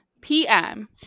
PM